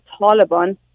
Taliban